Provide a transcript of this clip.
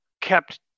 kept